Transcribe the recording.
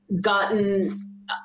gotten